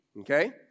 okay